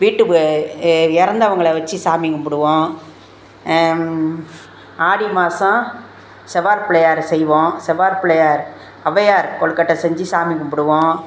வீட்டு பே எ இறந்தவங்கள வெச்சி சாமி கும்பிடுவோம் ஆடி மாதம் செவ்வாய் பிள்ளையார் செய்வோம் செவ்வாய் பிள்ளையார் ஔவையார் கொலுக்கட்டை செஞ்சு சாமி கும்பிடுவோம்